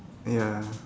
ya